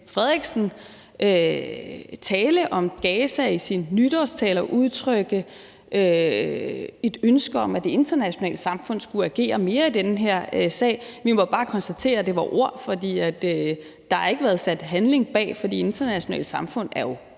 Frederiksen tale om Gaza i sin nytårstale og udtrykke et ønske om, at det internationale samfund skulle agere mere i den her sag. Vi må bare konstatere, at det var ord, for der har ikke været sat handling bag ordene. For det internationale samfund er jo